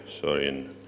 sorry